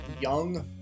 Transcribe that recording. Young